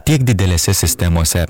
tiek didelėse sistemose